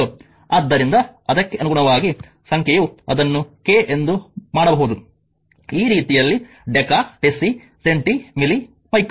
ಆದ್ದರಿಂದ ಅದಕ್ಕೆ ಅನುಗುಣವಾಗಿ ಸಂಖ್ಯೆಯು ಅದನ್ನು ಕೆ ಎಂದು ಮಾಡಬಹುದು ಈ ರೀತಿಯಲ್ಲಿ deca deci centi milli micro